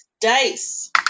dice